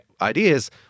ideas